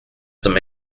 some